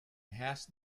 hast